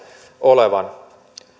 olevan